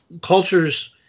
cultures